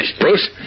Bruce